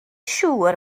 siŵr